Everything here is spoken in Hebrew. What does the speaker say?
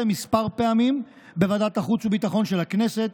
פעמים מספר בוועדת החוץ והביטחון של הכנסת.